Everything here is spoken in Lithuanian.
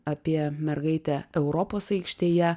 apie mergaitę europos aikštėje